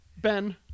Ben